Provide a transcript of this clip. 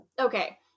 Okay